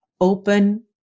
open